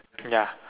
ya